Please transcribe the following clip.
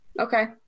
Okay